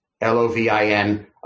L-O-V-I-N